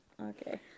Okay